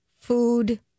food